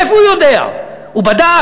מאיפה הוא יודע, הוא בדק?